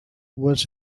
was